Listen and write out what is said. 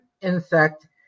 insect